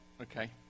okay